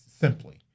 simply